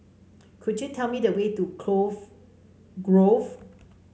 could you tell me the way to Cove Grove